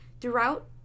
Throughout